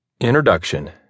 Introduction